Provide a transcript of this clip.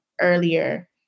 earlier